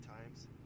times